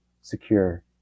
secure